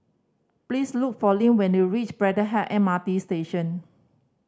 please look for Leann when you reach Braddell M R T Station